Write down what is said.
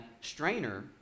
strainer